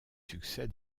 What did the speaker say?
succès